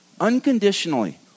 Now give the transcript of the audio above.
unconditionally